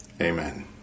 Amen